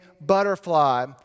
butterfly